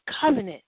covenant